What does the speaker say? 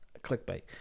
clickbait